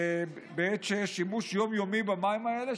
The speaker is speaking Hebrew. בעת שיש שימוש יום-יומי במים האלה,